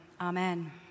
Amen